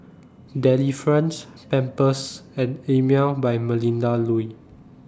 Delifrance Pampers and Emel By Melinda Looi